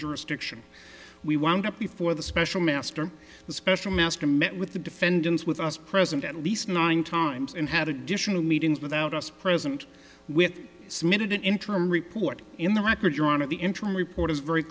jurisdiction we wound up before the special master the special master met with the defendants with us present at least nine times and had additional meetings without us present with submitted an interim report in the record your honor the interim report is very